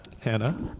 Hannah